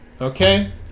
Okay